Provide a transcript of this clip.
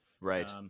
right